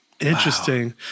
Interesting